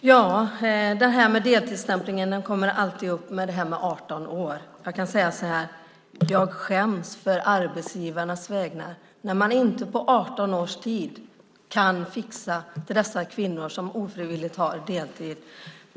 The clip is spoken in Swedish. Herr talman! Detta med deltidsstämpling i upp till 18 år kommer alltid upp. Jag skäms å arbetsgivarnas vägnar när man inte under 18 års tid kan fixa heltid åt dessa kvinnor som ofrivilligt har deltid.